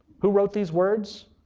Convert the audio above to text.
who wrote these words?